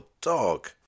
dog